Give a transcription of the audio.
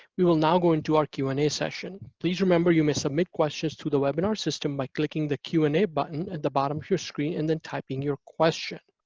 we will now go into our q and a session. please remember, you may submit questions through the webinar system by clicking the q and a button at the bottom of your screen and then typing your question.